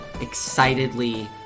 excitedly